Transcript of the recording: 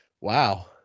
Wow